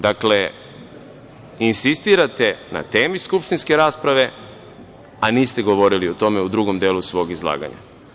Dakle, insistirate na temi skupštinske rasprave, a niste govorili o tome u drugom delu svog izlaganja.